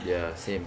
ya same